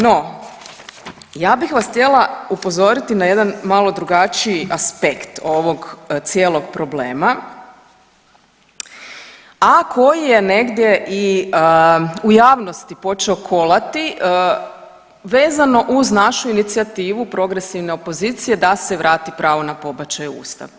No, ja bih vas htjela upozoriti na jedan malo drugačiji aspekt ovog cijelog problema, a koji je negdje i u javnosti počeo kolati, vezano uz našu inicijativu progresivne opozicije da se vrati pravo na pobačaj u Ustav.